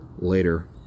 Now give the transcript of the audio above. Later